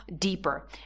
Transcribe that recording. deeper